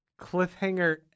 cliffhanger